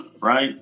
right